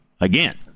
Again